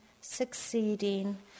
succeeding